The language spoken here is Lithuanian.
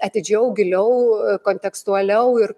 atidžiau giliau kontekstualiau ir